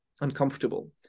uncomfortable